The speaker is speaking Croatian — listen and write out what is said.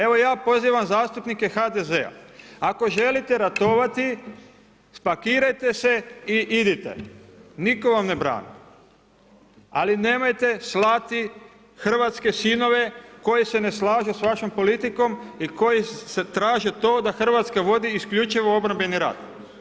Evo ja pozivam zastupnike HDZ-a ako želite ratovati spakirajte se i idite, niko vam ne brani, ali nemojte slati hrvatske sinove koji se ne slažu sa vašom politikom i koji traže to da Hrvatska vodi isključivo obrambeni rat.